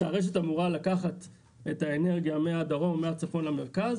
שהרשת אמורה לקחת את האנרגיה מהדרום ומהצפון למרכז,